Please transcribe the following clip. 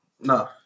No